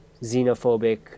xenophobic